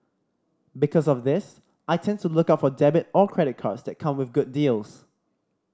because of this I tend to look out for debit or credit cards that come with good deals